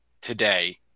today